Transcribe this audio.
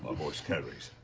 voice carries.